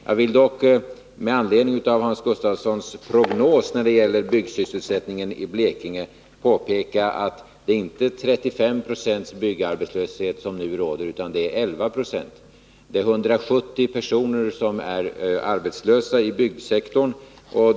Jag vill dock med anledning av Hans Gustafssons prognos när det gäller byggsysselsättningen i Blekinge påpeka att den byggarbetslöshet som nu råder inte är 35 70 utan 11 96. 170 personer är arbetslösa inom byggsektorn.